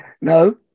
no